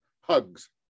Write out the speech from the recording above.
hugs